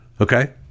Okay